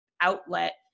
outlet